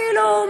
כאילו,